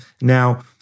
Now